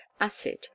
acid